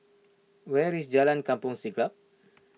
where is Jalan Kampong Siglap